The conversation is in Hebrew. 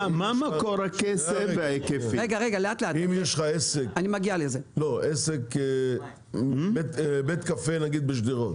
אם יש לך עסק, בית קפה בשדרות נגיד.